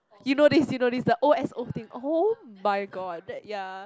you know this you know this the O S O thing oh-my-god that ya